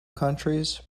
countries